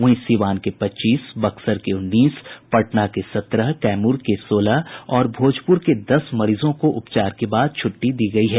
वहीं सिवान के पच्चीस बक्सर के उन्नीस पटना के सत्रह कैमूर के सोलह और भोजपुर के दस मरीजों को उपचार के बाद छूट्टी दी गयी है